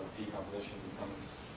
decomposition becomes?